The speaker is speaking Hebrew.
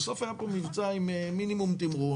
בסוף היה פה מבצע עם מינימום תמרון,